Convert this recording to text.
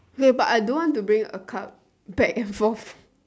hey but I don't want to bring a cup back and forth